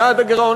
יעד הגירעון,